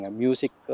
music